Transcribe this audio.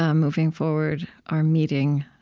ah moving forward are meeting,